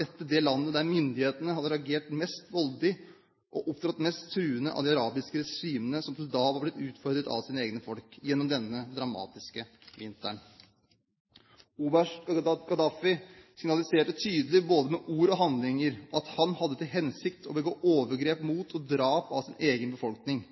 dette det landet – blant de arabiske regimene som til da var blitt utfordret av sine egne folk gjennom denne dramatiske vinteren – der myndighetene hadde reagert mest voldelig og opptrådt mest truende. Oberst al-Gaddafi signaliserte tydelig både med ord og handlinger at han hadde til hensikt å begå overgrep mot og drepe sin egen befolkning.